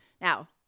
Now